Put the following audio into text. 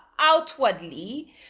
outwardly